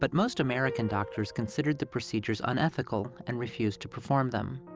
but most american doctors considered the procedures unethical and refused to perform them.